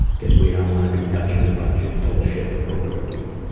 because we don't want to be touching a bunch of bullshit before we go eat.